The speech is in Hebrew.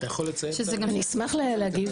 אני רוצה להגיב